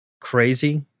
crazy